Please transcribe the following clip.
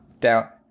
Down